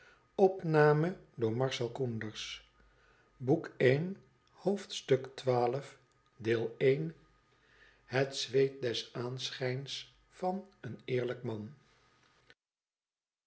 het zwet des aanschi jns van een eerlijk man